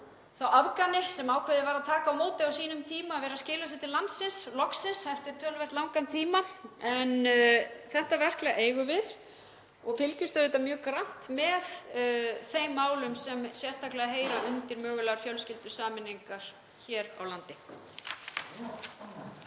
þá Afgani, sem ákveðið var að taka á móti á sínum tíma, vera að skila sér til landsins, loksins eftir töluvert langan tíma. En þetta verklag eigum við og fylgjumst auðvitað mjög grannt með þeim málum sem sérstaklega heyra undir mögulegar fjölskyldusameiningar hér á landi.